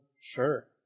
sure